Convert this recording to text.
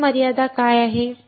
पुढील मर्यादा काय आहे